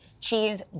cheese